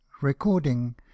Recording